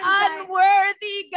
unworthy